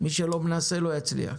מי שלא מנסה לא יצליח.